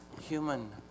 human